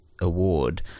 award